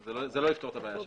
זה לא יפתור את הבעיה שלו.